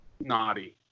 naughty